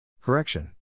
Correction